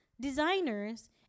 designers